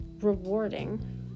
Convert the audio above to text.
Rewarding